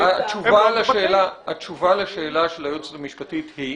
לא, התשובה לשאלה של היועצת המשפטית היא?